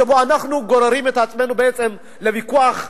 שבו אנחנו גוררים את עצמנו בעצם לוויכוח קשה.